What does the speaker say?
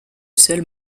seul